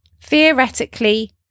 Theoretically